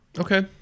Okay